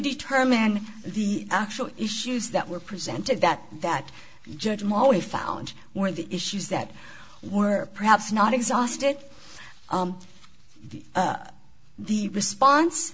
determine the actual issues that were presented that that judge moore we found one of the issues that were perhaps not exhausted the response